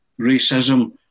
racism